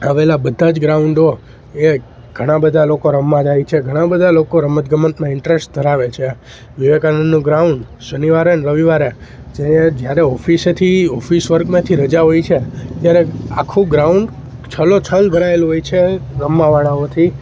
આવેલા બધા જ ગ્રાઉન્ડો એ ઘણા બધા લોકો રમવા જાય છે ઘણા બધા લોકો રમત ગમતમાં ઇન્ટરસ્ટ ધરાવે છે વિવેકાનંદનું ગ્રાઉન્ડ શનિવારે અને રવિવારે જે જ્યારે ઓફિસેથી ઓફિસ વર્કમાંથી રજા હોય છે ત્યારે આખું ગ્રાઉન્ડ છલોછલ ભરાયેલું હોય છે અને રમવાવાળાઓથી